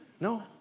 No